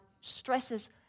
stresses